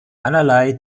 allerlei